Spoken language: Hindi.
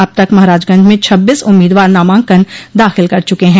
अब तक महराजगंज में छब्बीस उम्मीदवार नामांकन दाखिल कर चुके हैं